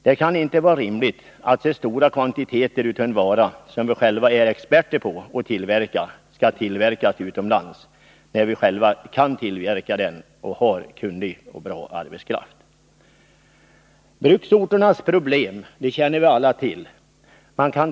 Det kan inte vara rimligt att så stora kvantiteter av en vara, som vi själva är experter på att tillverka, skall tillverkas utomlands, när vi själva kan tillverka den och har kunnig och bra arbetskraft. Bruksorternas problem känner vi alla till.